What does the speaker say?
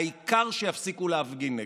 העיקר שיפסיקו להפגין נגדו.